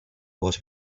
was